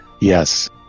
Yes